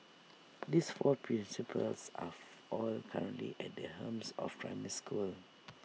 these four principals are of all currently at the helm of primary schools